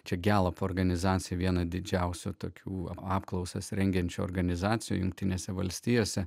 čia gera organizacija viena didžiausių tokių apklausas rengiančių organizacijų jungtinėse valstijose